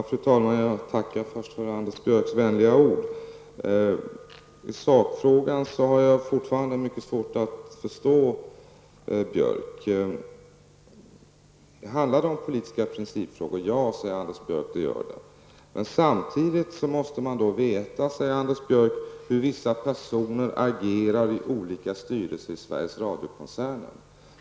Fru talman! Jag tackar först för Anders Björcks vänliga ord. Men i sakfrågan har jag fortfarande mycket svårt att förstå Anders Björck. Handlar det om politiska principer? Ja, säger Anders Björck, det gör det. Men samtidigt måste man veta, säger Anders Björck, hur vissa personer agerar i olika styrelser i Sveriges Radio-koncernen.